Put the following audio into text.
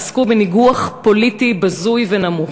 עסקו בניגוח פוליטי בזוי ונמוך.